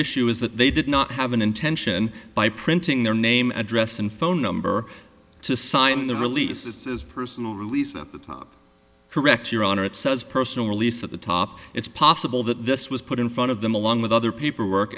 issue is that they did not have an intention by printing their name address and phone number to sign the release is personal release at the top correct your honor it says personal release at the top it's possible that this was put in front of them along with other paperwork